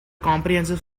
comprehensive